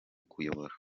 kuyobora